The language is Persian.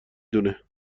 دونه